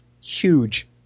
huge